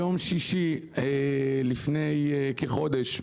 ביום שישי לפני כחודש,